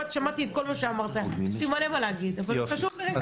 שמעתי את כל מה שאמרת ויש לי מלא מה להגיד אבל חשוב לי לשמוע אותם רגע.